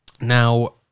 Now